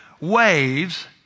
waves